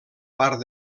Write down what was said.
part